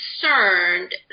concerned